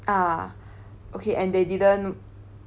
ah okay and they didn't